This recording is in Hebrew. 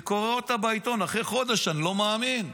אני קורא אותה בעיתון אחרי חודש, לא מאמין,